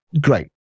great